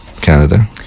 Canada